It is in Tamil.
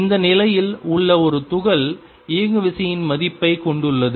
இந்த நிலையில் உள்ள ஒரு துகள் இயங்குவிசையின் மதிப்பைக் கொண்டுள்ளது